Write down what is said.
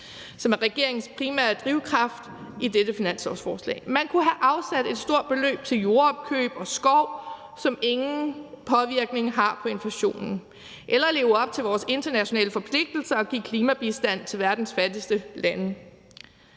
som er regeringens primære drivkraft i det her finanslovsforslag. Man kunne have afsat et stort beløb til jordopkøb og skov, som ingen påvirkning har på inflationen, eller leve op til vores internationale forpligtelser og give klimabistand til verdens fattigste lande.